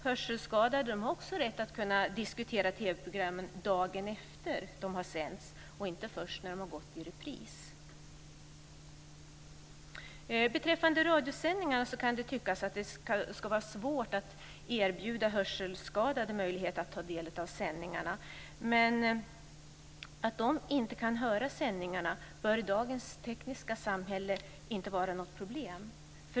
Hörselskadade har också rätt att kunna diskutera TV-programmen dagen efter att de har sänts och inte först när de har gått i repris. Beträffande radiosändningar kan det tyckas att det är svårt att erbjuda hörselskadade möjlighet att ta del av sändningarna. Men att de inte kan höra sändningarna bör i dagens tekniska samhälle inte vara något problem.